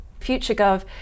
FutureGov